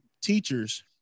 teachers